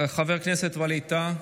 חבר הכנסת ווליד טאהא,